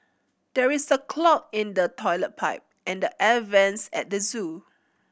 there is a clog in the toilet pipe and the air vents at the zoo